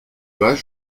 pas